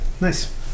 Nice